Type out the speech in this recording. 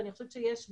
ואני חושבת שיש באמת,